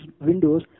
Windows